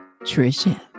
Trisha